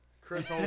Chris